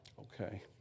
okay